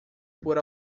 por